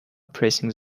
pressing